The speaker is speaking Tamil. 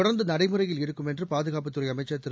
தொடர்ந்து நடைமுறையில் இருக்கும் என்று பாதுகாப்புத் துறை அமைச்சர் திரு